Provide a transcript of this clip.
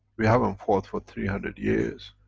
we haven't fought for three hundred years,